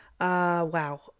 Wow